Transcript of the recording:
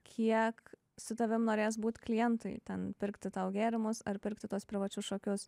kiek su tavim norės būt klientai ten pirkti tau gėrimus ar pirkti tuos privačius šokius